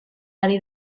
ari